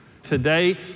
Today